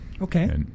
Okay